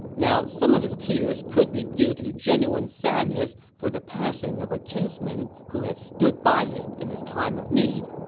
now, some of his tears could be due to genuine sadness for the passing of a kinsman who had stood by him in his time of need.